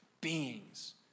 beings